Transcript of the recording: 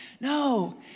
No